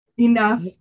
enough